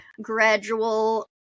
gradual